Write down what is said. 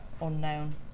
unknown